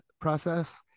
process